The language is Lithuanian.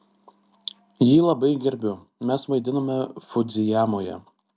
jį labai gerbiu mes vaidinome fudzijamoje